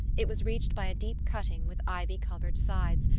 it was reached by a deep cutting with ivy-covered sides,